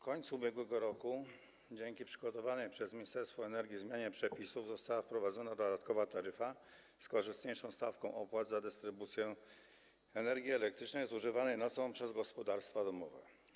końcu ubiegłego roku dzięki przygotowanej przez Ministerstwo Energii zmianie przepisów została wprowadzona dodatkowa taryfa z korzystniejszą stawką opłat za dystrybucję energii elektrycznej zużywanej nocą przez gospodarstwa domowe.